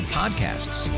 podcasts